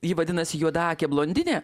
ji vadinasi juodaakė blondinė